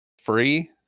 Free